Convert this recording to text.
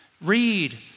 Read